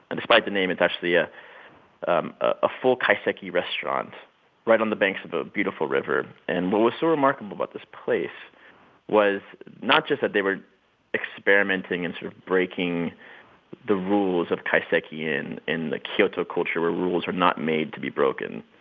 and despite the name, it's actually ah a full kaiseki restaurant right on the banks of a beautiful river. and what was so remarkable about this place was not just that they were experimenting and sort of breaking the rules of kaiseki and the kyoto culture, where rules are not made to be broken,